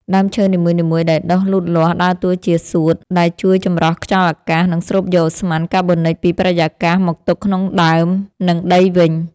ដើមឈើនីមួយៗដែលដុះលូតលាស់ ដើរតួជា សួត ដែលជួយចម្រោះខ្យល់អាកាស និងស្រូបយកឧស្ម័នកាបូនិកពីបរិយាកាសមកទុកក្នុងដើម និងដីវិញ។